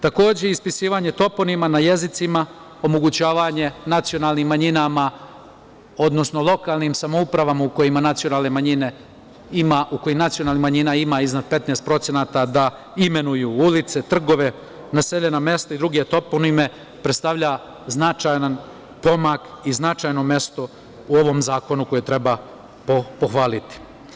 Takođe ispisivanje toponima na jezicima, omogućavanje nacionalnim manjinama, odnosno lokalnim samoupravama u kojima nacionalnih manjina ima iznad 15%, da imenuju ulice, trgove, naseljena mesta i druge toponime, predstavlja značajan pomak i značajno mesto u ovom zakonu i to treba pohvaliti.